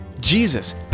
Jesus